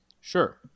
Sure